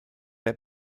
der